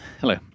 Hello